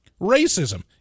Racism